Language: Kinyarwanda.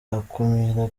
akumiro